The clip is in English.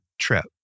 trip